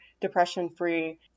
depression-free